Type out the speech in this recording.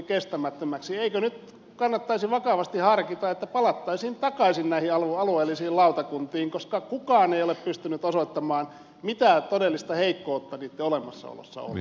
eikö nyt kannattaisi vakavasti harkita että palattaisiin takaisin alueellisiin lautakuntiin koska kukaan ei ole pystynyt osoittamaan mitä todellista heikkoutta niitten olemassaolossa oli